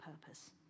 purpose